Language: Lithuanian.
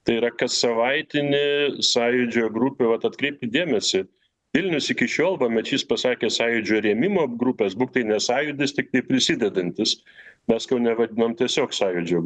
tai yra kassavaitinė sąjūdžio grupė vat atkreipkit dėmesį vilnius iki šiol va mečys pasakė sąjūdžio rėmimo grupės būk tai ne sąjūdis tiktai prisidedantys mes kaune vadinome tiesiog sąjūdžio